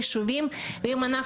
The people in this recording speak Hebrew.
26 ביוני 2023. אני מתכבד